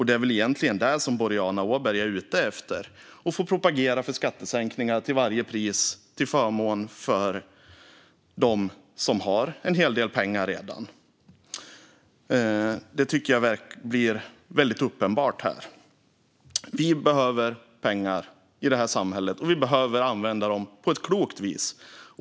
Det som Boriana Åberg är ute efter är väl egentligen att till varje pris få propagera för skattesänkningar till förmån för dem som redan har en hel del pengar. Det tycker jag blir väldigt uppenbart här. Vi behöver pengar i det här samhället, och vi behöver använda dem på ett klokt vis.